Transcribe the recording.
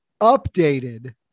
updated